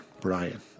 Brian